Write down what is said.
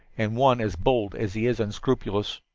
and one as bold as he is unscrupulous.